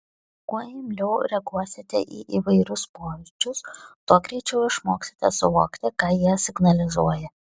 kuo imliau reaguosite į įvairius pojūčius tuo greičiau išmoksite suvokti ką jie signalizuoja